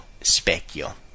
specchio